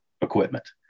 equipment